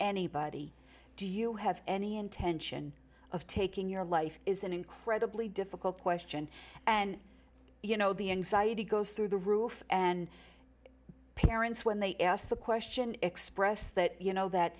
anybody do you have any intention of taking your life is an incredibly difficult question and you know the anxiety goes through the roof and parents when they ask the question expressed that you know that